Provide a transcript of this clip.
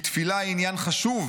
כי תפילה היא עניין חשוב,